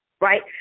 right